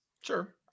sure